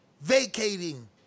vacating